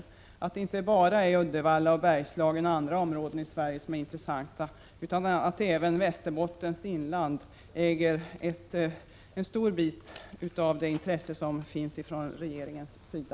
Man behöver känna att det inte bara är Uddevalla, Bergslagen och andra områden i Sverige som är intressanta utan att även Västerbottens inland är föremål för stort intresse från regeringens sida.